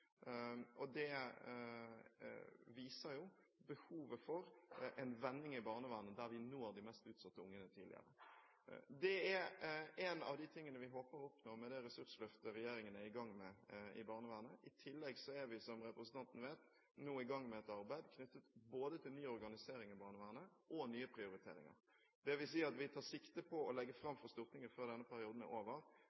Det viser jo behovet for en vending i barnevernet for å nå de mest utsatte ungene tidligere. Det er noe av det vi håper å oppnå med det ressursløftet regjeringen er i gang med i barnevernet. I tillegg er vi, som representanten vet, nå i gang med et arbeid knyttet til både ny organisering i barnevernet og nye prioriteringer. Det vil si at vi før denne perioden er over, tar sikte på å legge